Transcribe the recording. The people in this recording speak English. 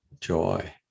joy